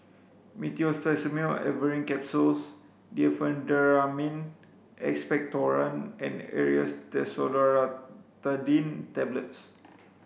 Meteospasmyl Alverine Capsules Diphenhydramine Expectorant and Aerius DesloratadineTablets